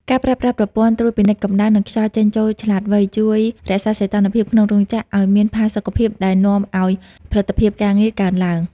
ការប្រើប្រាស់ប្រព័ន្ធត្រួតពិនិត្យកំដៅ និងខ្យល់ចេញចូលឆ្លាតវៃ ជួយរក្សាសីតុណ្ហភាពក្នុងរោងចក្រឱ្យមានផាសុកភាព ដែលនាំឱ្យផលិតភាពការងារកើនឡើង។